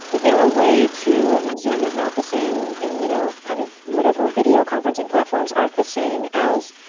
is there a way to i mean, zoom is not the same. and, you know, kind of whatever video conferencing platforms aren't the same as,